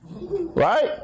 Right